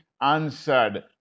answered